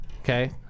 Okay